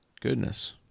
Goodness